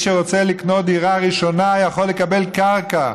שרוצה לקנות דירה ראשונה יכול לקבל קרקע,